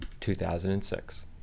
2006